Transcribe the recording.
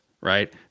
right